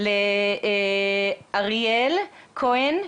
לאריאל כהן,